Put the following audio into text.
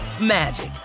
magic